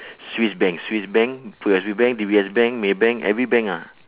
swiss bank swiss bank P_O_S_B bank D_B_S bank maybank every bank ah